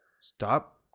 Stop